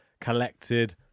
collected